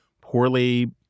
poorly